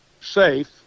safe